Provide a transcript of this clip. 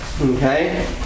Okay